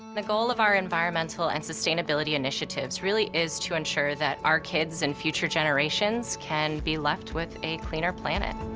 and the goal of our environmental and sustainability initiatives really is to ensure that our kids and future generations can be left with a cleaner planet.